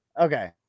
Okay